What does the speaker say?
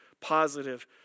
positive